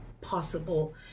possible